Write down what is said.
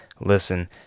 listen